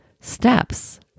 steps